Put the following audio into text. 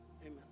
amen